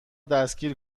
دستگیر